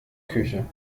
küche